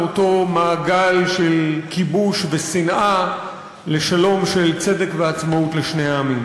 מאותו מעגל של כיבוש ושנאה לשלום של צדק ועצמאות לשני העמים.